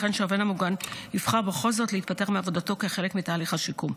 ייתכן שהעובד המוגן יבחר בכל זאת להתפטר מעבודתו כחלק מתהליך השיקום.